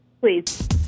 Please